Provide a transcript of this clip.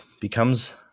becomes